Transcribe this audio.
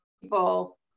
people